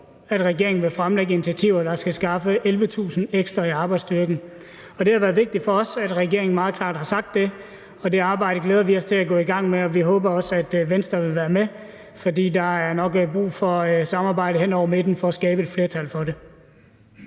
næste år vil fremlægge initiativer, der skal skaffe 11.000 ekstra i arbejdsstyrken. Det har været vigtigt for os, at regeringen meget klart har sagt det, og det arbejde glæder vi os til at gå i gang med, og vi håber også, at Venstre vil være med, for der er nok brug for et samarbejde hen over midten for at skabe et flertal for det.